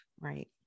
right